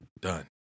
Done